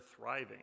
thriving